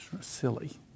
silly